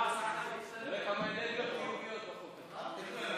כמה אנרגיות חיוביות, יעקב,